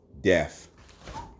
death